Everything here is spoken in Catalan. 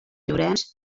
llorenç